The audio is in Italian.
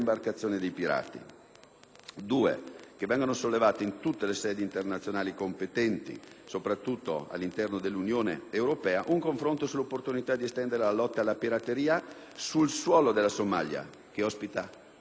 dei pirati; sollevare in tutte le sedi internazionali competenti, soprattutto all'interno dell'Unione europea, un confronto sull'opportunità di estendere la lotta alla pirateria sul suolo della Somalia che ne ospita le basi;